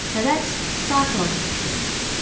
so that's psychological treatments.